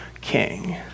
king